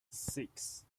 six